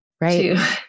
right